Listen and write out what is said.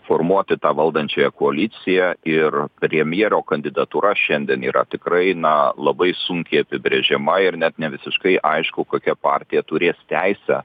formuoti valdančiąją koaliciją ir premjero kandidatūra šiandien yra tikrai na labai sunkiai apibrėžiama ir net nevisiškai aišku kokia partija turės teisę